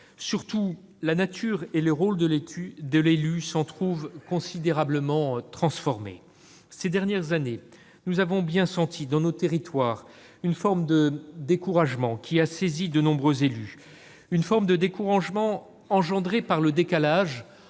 Surtout, la nature et le rôle de l'élu s'en trouvent considérablement transformés. Ces dernières années, nous avons bien senti dans nos territoires une forme de découragement, qui a saisi de nombreux élus. Ce découragement est engendré par le décalage